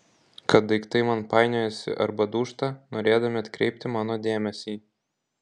kad daiktai man painiojasi arba dūžta norėdami atkreipti mano dėmesį